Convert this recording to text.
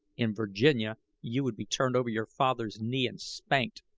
in virginia you would be turned over your father's knee and spanked,